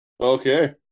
okay